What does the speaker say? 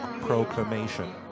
proclamation